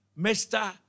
Mr